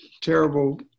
terrible